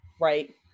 Right